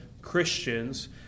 Christians